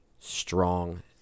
strong